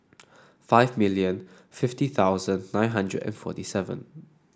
five million fifty thousand nine hundred and forty seven